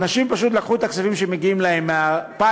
אנשים פשוט לקחו את הכספים שמגיעים להם מהפיס,